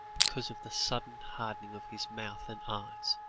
because of the sudden hardening of his mouth and eyes.